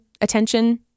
attention